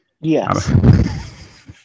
Yes